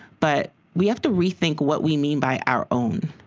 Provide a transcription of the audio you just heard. but we have to rethink what we mean by our own.